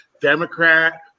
Democrat